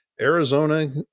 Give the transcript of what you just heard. Arizona